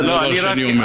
אני רק רוצה,